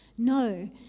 No